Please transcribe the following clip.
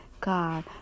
God